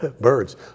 birds